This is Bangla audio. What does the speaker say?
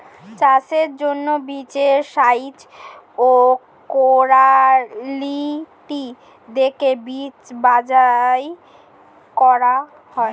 চাষের জন্য বীজের সাইজ ও কোয়ালিটি দেখে বীজ বাছাই করা হয়